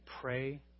pray